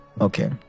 Okay